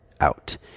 out